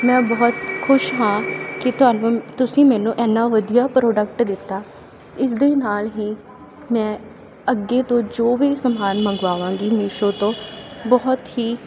ਮੈਂ ਬਹੁਤ ਖੁਸ਼ ਹਾਂ ਕਿ ਤੁਹਾਨੂੰ ਤੁਸੀਂ ਮੈਨੂੰ ਐਨਾ ਵਧੀਆ ਪ੍ਰੋਡਕਟ ਦਿੱਤਾ ਇਸ ਦੇ ਨਾਲ ਹੀ ਮੈਂ ਅੱਗੇ ਤੋਂ ਜੋ ਵੀ ਸਮਾਨ ਮੰਗਵਾਵਾਂਗੀ ਮੀਸ਼ੋ ਤੋਂ ਬਹੁਤ ਹੀ